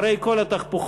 אחרי כל התהפוכות,